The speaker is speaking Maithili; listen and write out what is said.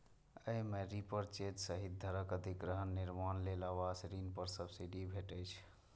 अय मे रीपरचेज सहित घरक अधिग्रहण, निर्माण लेल आवास ऋण पर सब्सिडी भेटै छै